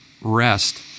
rest